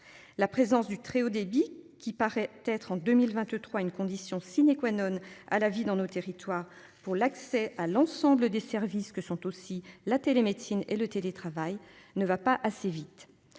La présence du très haut débit qui paraît être en 2023, une condition sine qua none à la vie dans nos territoires pour l'accès à l'ensemble des services que sont aussi la télémédecine et le télétravail ne va pas assez vite.